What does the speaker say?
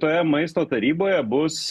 toje maisto taryboje bus